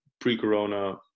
pre-corona